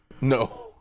no